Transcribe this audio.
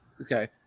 okay